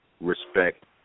respect